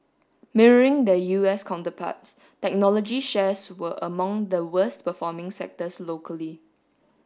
mirroring their U S counterparts technology shares were among the worst performing sectors locally